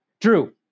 Drew